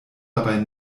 dabei